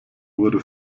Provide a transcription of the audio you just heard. wurde